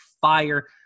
Fire